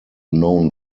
known